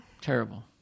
Terrible